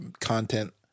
content